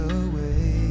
away